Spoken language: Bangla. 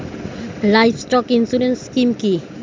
লাইভস্টক ইন্সুরেন্স স্কিম কি?